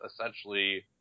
essentially